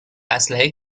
اسلحه